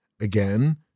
again